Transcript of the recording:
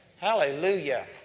Hallelujah